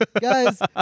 guys